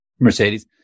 Mercedes